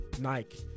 Nike